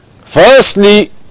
Firstly